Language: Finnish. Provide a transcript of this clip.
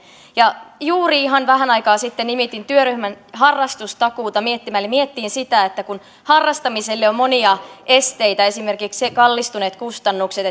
juuri ihan vähän aikaa sitten nimitin työryhmän harrastustakuuta miettimään eli miettimään sitä että kun harrastamiselle on monia esteitä esimerkiksi kallistuneet kustannukset